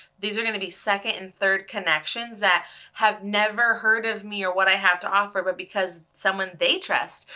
these are gonna be second and third connections that have never heard of me or what i have to offer. but because someone they trust,